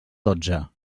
dotze